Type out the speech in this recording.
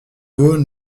veau